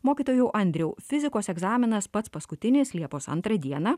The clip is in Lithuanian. mokytojau andriau fizikos egzaminas pats paskutinis liepos antrą dieną